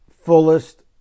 fullest